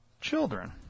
children